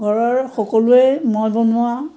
ঘৰৰ সকলোৱে মই বনোৱা